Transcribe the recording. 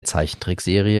zeichentrickserie